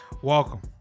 Welcome